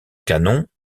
canons